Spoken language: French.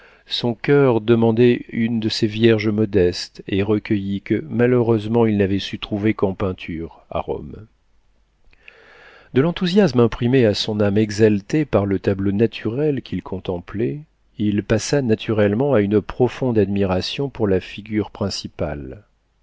son coeur demandait une de ces vierges modestes et recueillies que malheureusement il n'avait su trouver qu'en peinture à rome de l'enthousiasme imprimé à son âme exaltée par le tableau naturel qu'il contemplait il passa naturellement à une profonde admiration pour la figure principale